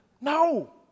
No